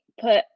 put